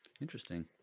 interesting